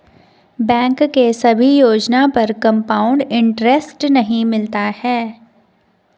bank के सभी योजना पर कंपाउड इन्टरेस्ट नहीं मिलता है